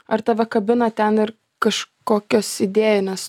ar tave kabina ten ir kažkokios idėjinės